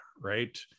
right